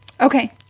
Okay